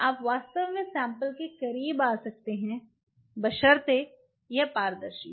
आप वास्तव में सैंपल के करीब आ सकते हैं बशर्ते यह पारदर्शी हो